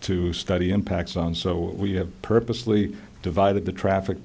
to study impact zone so we have purposely divided the traffic